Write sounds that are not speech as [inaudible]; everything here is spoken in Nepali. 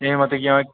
ए म त [unintelligible]